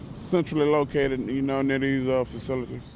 centrally located, you know, near these ah facilities.